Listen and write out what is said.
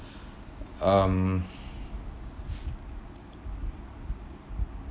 um